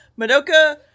Madoka